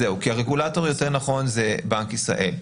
נכון, כי הרגולטור יותר נכון זה בנק ישראל.